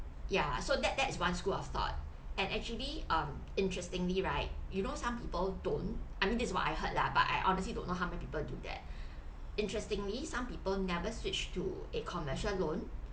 ya so that that's one school of thought and actually um interestingly right you know some people don't I mean that's what I heard lah but I honestly don't know how many people do that interestingly some people never switched to a commercial loan